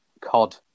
cod